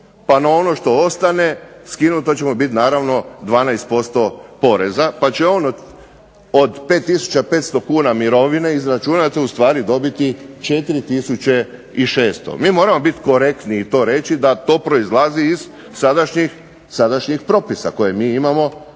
pa na ono što ostane skinuto će mu biti naravno 12% poreza, pa će on od 5 tisuća 500 kn mirovine izračunate ustvari dobiti 4 tisuće 600. Mi moramo biti korektni i reći da to proizlazi iz sadašnjih propisa koje mi imamo